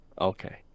Okay